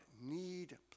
need